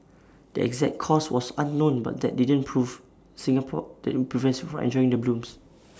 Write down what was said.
the exact cause was unknown but that didn't prove Singapore that IT will prevents from enjoying the blooms